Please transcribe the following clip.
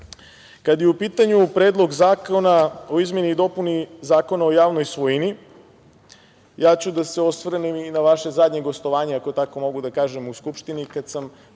je u pitanju Predlog zakona o izmeni i dopuni Zakona o javnoj svojini, ja ću da se osvrnem i na vaše zadnje gostovanje, ako tako mogu da kažem, u Skupštini, kada sam